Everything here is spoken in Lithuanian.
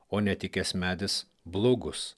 o netikęs medis blogus